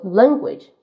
language